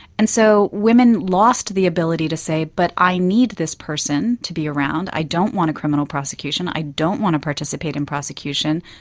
and so women lost the ability to say but i need this person to be around, i don't want a criminal prosecution, i don't want to participate in prosecution,